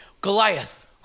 Goliath